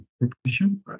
repetition